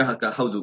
ಗ್ರಾಹಕ ಹೌದು